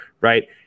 right